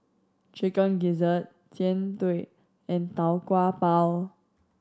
Chicken Gizzard Jian Dui and Tau Kwa Pau